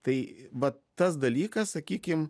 tai vat tas dalykas sakykim